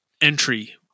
entry